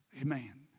Amen